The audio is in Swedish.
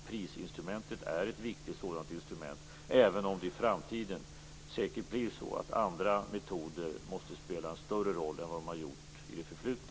Prisinstrumentet är ett viktigt sådant instrument, även om det i framtiden säkert blir så att andra metoder måste spela större roll än i det förflutna.